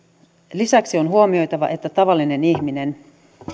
lisäksi on huomioitava että tavallinen ihminen